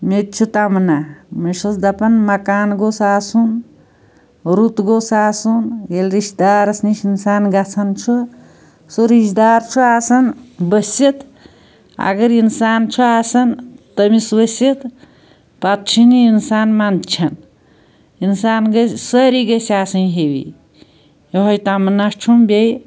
مےٚ تہِ چھُ تمنا مےٚ چھیٚس دَپان مَکان گوٚژھ آسُن رُت گوٚژھ آسُن ییٚلہِ رشتہٕ دارَس نِش انسان گَژھان چھُ سُہ رشتہٕ دار چھُ آسان بٔسِتھ اگر انسان چھُ آسان تٔمس ؤسِتھ پَتہٕ چھُے نہٕ انسان منٛدچھان انسان گٔژھۍ سٲرے گٔژھۍ آسٕنۍ ہِوی یُہوے تمنا چھُم بیٚیہِ